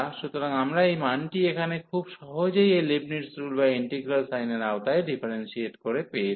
সুতরাং আমরা এই মানটি এখানে খুব সহজেই এই লিবনিটজ রুল বা ইন্টিগ্রাল সাইনের আওতায় ডিফারেন্সিয়েট করে পেয়েছি